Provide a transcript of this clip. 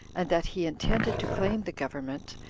and that he intended to claim the government,